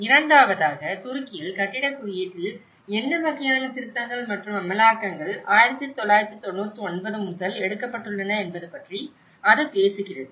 இரண்டாவதாக துருக்கியில் கட்டிடக் குறியீட்டில் என்ன வகையான திருத்தங்கள் மற்றும் அமலாக்கங்கள் 1999 முதல் எடுக்கப்பட்டுள்ளன என்பது பற்றி அது பேசுகிறது